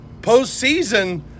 postseason